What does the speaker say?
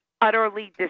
utterly